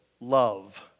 love